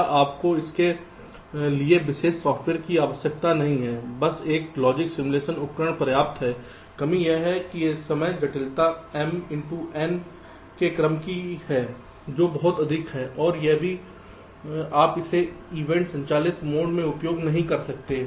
दूसरा आपको इसके लिए विशेष सॉफ़्टवेयर की आवश्यकता नहीं है बस एक लॉजिक सिमुलेशन उपकरण पर्याप्त है कमी यह है कि समय जटिलता m इन टू n के क्रम जी है जो बहुत अधिक है और यह भी आप इसे इवेंट संचालित मोड में उपयोग नहीं कर सकते